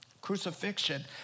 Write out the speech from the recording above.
crucifixion